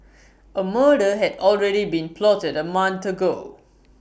A murder had already been plotted A month ago